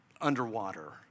underwater